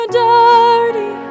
dirty